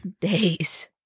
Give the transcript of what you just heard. days